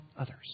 others